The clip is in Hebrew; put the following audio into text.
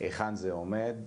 היכן זה עומד.